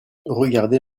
regardez